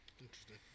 Interesting